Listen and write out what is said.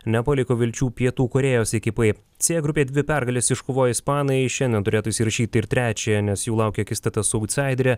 nepaliko vilčių pietų korėjos ekipai c grupėje dvi pergales iškovoję ispanai šiandien turėtų įsirašyti ir trečiąją nes jų laukia akistata su autsaidere